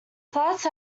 platt